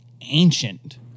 ancient